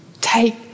Take